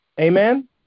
Amen